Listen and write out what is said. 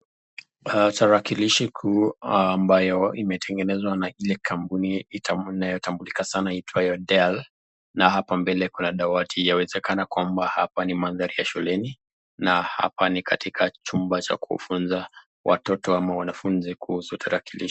Aaa Tarakilishii kuu ambayo imetengenezwa na ile kampuni ita inayotambulika sana iitwayo (del)na hapa mbele kuna dawati yawezekana kwamba hapa ni maandhari ya shuleni na hapa ni katika chumba cha kufunza watoto ama wanafunzi kuhusu tarakilishi